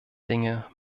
dinge